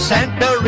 Santa